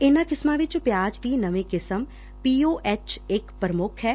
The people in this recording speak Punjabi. ਇਨੂਾ ਕਿਸਮਾ ਵਿੱਚ ਪਿਆਜ਼ ਦੀ ਨਵੀ ਕਿਸਮ ਪੀ ਓ ਐਚ ਇਕ ਪ੍ਰਮੁੱਖ ਐ